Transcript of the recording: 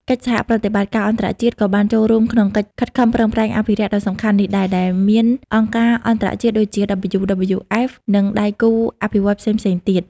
កិច្ចសហប្រតិបត្តិការអន្តរជាតិក៏បានចូលរួមក្នុងកិច្ចខិតខំប្រឹងប្រែងអភិរក្សដ៏សំខាន់នេះដែរ ដែលមានអង្គការអន្តរជាតិដូចជា WWF និងដៃគូអភិវឌ្ឍន៍ផ្សេងៗទៀត។